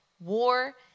war